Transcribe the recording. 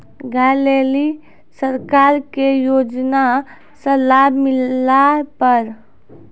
गाय ले ली सरकार के योजना से लाभ मिला पर?